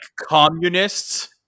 communists